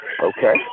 Okay